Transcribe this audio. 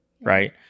right